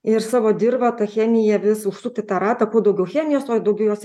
ir savo dirvą ta chemija vis užsukti tą ratą kuo daugiau chemijos tuo juo daugiau jos